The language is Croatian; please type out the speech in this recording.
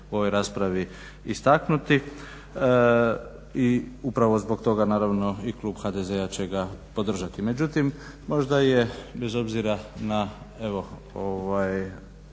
u ovoj raspravi istaknuti. I upravo zbog toga naravno i klub HDZ-a će ga podržati. Međutim, možda je bez obzira na